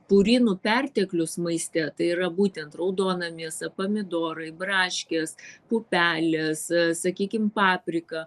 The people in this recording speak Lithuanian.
purinų perteklius maiste tai yra būtent raudona mėsa pomidorai braškės pupelės sakykim paprika